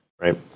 right